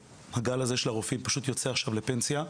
הגל הזה של הרופאים פשוט יוצא עכשיו לפנסיה.